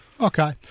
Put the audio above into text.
Okay